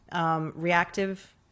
reactive